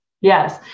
Yes